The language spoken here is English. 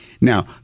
Now